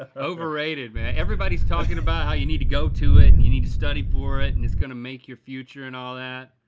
ah overrated man, everybody's talking about how you need to go to it, and you need to study for it, and it's gonna make your future, and all that.